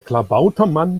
klabautermann